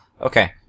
Okay